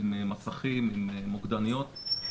עם מסכים ועם מוקדניות.